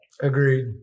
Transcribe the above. agreed